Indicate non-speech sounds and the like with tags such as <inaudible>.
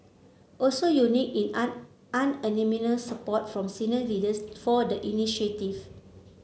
also unique in <unintelligible> unanimous support from senior leaders for the initiative